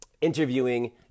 interviewing